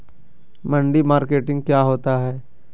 मंडी मार्केटिंग क्या होता है?